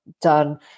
done